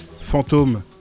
Fantôme